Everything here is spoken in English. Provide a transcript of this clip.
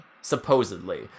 supposedly